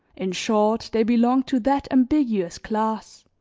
in short they belonged to that ambiguous class,